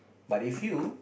but if you